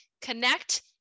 connect